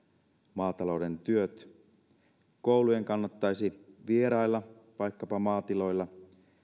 maatalouden työt koulujen kannattaisi vierailla vaikkapa maatiloilla